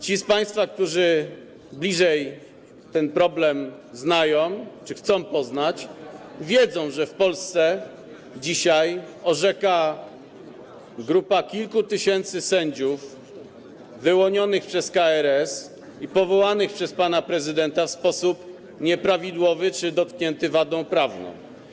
Ci z państwa, którzy bliżej ten problem znają czy chcą poznać, wiedzą, że w Polsce dzisiaj orzeka grupa kilku tysięcy sędziów wyłonionych przez KRS i powołanych przez pana prezydenta w sposób nieprawidłowy czy dotknięty wadą prawną.